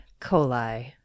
coli